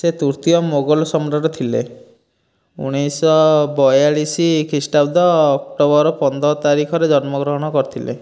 ସେ ତୃତୀୟ ମୋଗଲ ସମ୍ରାଟ ଥିଲେ ଉଣେଇଶହ ବୟାଳିଶ ଖ୍ରୀଷ୍ଟାବ୍ଦ ଅକ୍ଟୋବର ପନ୍ଦର ତାରିଖରେ ଜନ୍ମଗ୍ରହଣ କରିଥିଲେ